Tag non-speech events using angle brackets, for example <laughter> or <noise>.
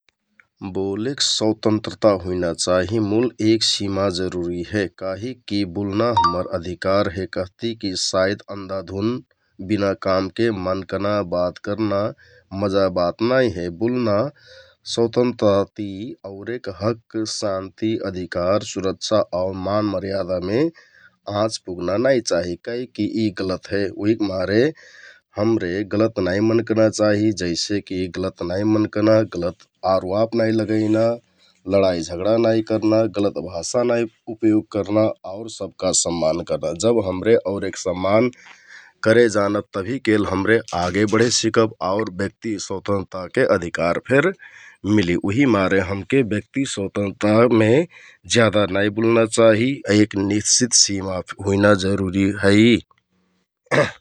बोलेक स्वतन्त्र हुइना चाहि मुल एक सिमा जरुरी हे काहिककि बुलना <noise> हम्मर अधिकार हे कहतिकि साइत अन्धाभुन्ध, बिना कामके मनकना, बात करना मजा बात नाइ हे । बुलना स्वतन्त्रता <hesitation> ति औरेक हक, शान्ति, अधिकार, सुरक्षा आउ मान मर्यादामे आँच पुगना नाइ चाहि काहिककि यि गलत हे । उहिकमारे हमरे गलत नाइ मनकना चाहि, जैसेकि गलत नाइ मनकना, गलत आरवाप नाइ लगैना, लडाई झगडा नाइ करना, गलत भाषा नाइ उपयोग करना आउर सबका सम्मान करना । जब हमरे औरेक सम्मान करे जानब तभिकेल हमरे आगे <noise> बढे सिकब आउर ब्यक्ति स्वतन्त्रके अधिकार फेर मिलि । उहिमारे हमके ब्यक्ति स्वतन्त्रतामे ज्यादा नाइ बुलना चाहि, ऐक निश्चित सिमा हुइना जरुरी है। <noise>